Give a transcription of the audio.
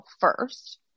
first